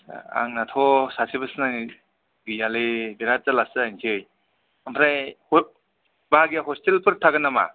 आंनाथ' सासेबो सिनायनाय गैयालै बेराद जारलासो जाहैसै आमफ्राइ बाहागिया हसटेलफोर थागोन नामा